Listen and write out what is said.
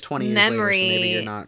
memory